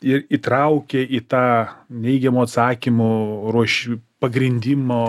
ir įtraukia į tą neigiamų atsakymų ruoš pagrindimo